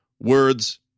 words